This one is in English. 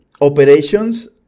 operations